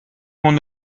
mon